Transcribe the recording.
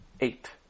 eight